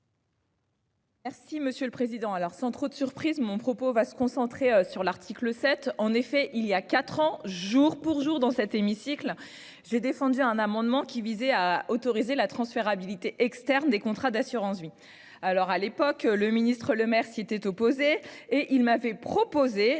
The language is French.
Merci Monsieur le Président. Alors sans trop de surprise, mon propos va se concentrer sur l'article 7. En effet il y a 4 ans jour pour jour dans cet hémicycle j'ai défendu un amendement qui visait à autoriser la transférabilité externes des contrats d'assurance-vie alors à l'époque le ministre-Lemerre s'y était opposé et il m'avait proposé